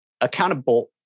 Accountable